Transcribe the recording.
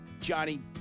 Johnny